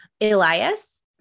Elias